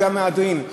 שהיה מהדרין,